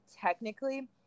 technically